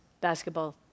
basketball